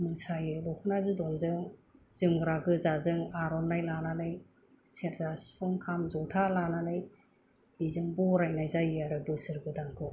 मोसायो दख'ना बिदनजों जोमग्रा गोजाजों आर'नाइ लानानै सेरजा सिफुं खाम जथा लानानै बेजों बरायनाय जायो आरो बोसोर गोदानखौ